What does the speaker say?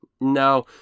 No